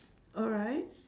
alright